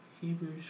Hebrews